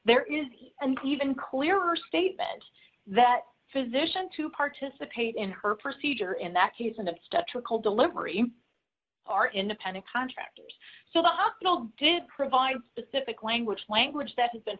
there is and even clearer statement that physicians who participate in her procedure in that case and obstetrical delivery are independent contractors so the hospital did provide specific language language that has been